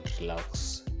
relax